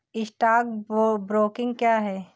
Stock broking क्या है?